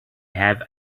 have